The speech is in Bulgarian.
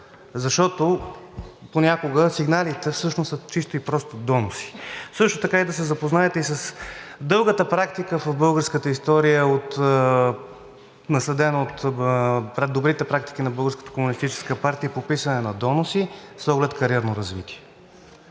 защото понякога сигналите всъщност са чисто и просто доноси. Също така да се запознаете и с дългата практика в българската история, наследена от добрите практики на Българската комунистическа партия по писане на доноси с оглед кариерно развитие.